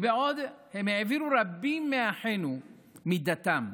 הם העבירו רבים מאחינו מדתם,